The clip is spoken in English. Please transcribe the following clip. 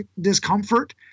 discomfort